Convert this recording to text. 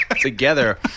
together